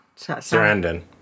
Sarandon